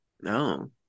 no